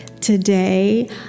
today